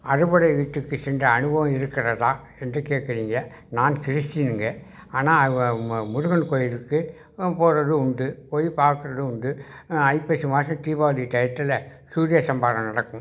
அறுபடை வீட்டுக்கு சென்ற அனுபவம் இருக்கிறதா என்று கேக்கிறீங்க நான் கிறிஸ்டினுங்க ஆனால் முருகன் கோவிலுக்கு போகிறது உண்டு போய் பார்க்குறது உண்டு ஐப்பசி மாதம் தீபாவளி டையத்துல சூரியசம்ஹாரம் நடக்கும்